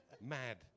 mad